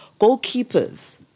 goalkeepers